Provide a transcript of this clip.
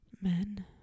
Men